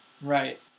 right